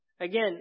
again